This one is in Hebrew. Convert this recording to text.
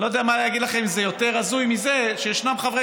אני לא יודע מה להגיד לכם אם זה יותר הזוי מזה שיש חברי